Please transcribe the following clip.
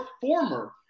former